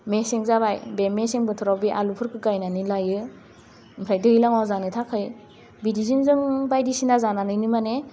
मेसें जाबाय बे मेसें बोथोराव बे आलुफोरखौ गाइनानै लायो ओमफाय दैलाङाव जानो थाखाय बिदिजों जों बायदिसिना जानानैनो माने